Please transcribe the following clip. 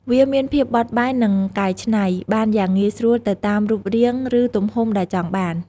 វាមានភាពបត់បែន និងកែច្នៃ បានយ៉ាងងាយស្រួលទៅតាមរូបរាង ឬទំហំដែលចង់បាន។